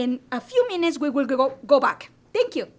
in a few minutes we will go go back thank you